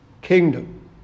kingdom